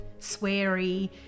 sweary